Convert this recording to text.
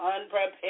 unprepared